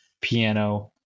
piano